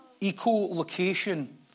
Eco-location